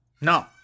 No